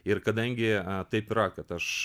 ir kadangi taip yra kad aš